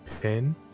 pin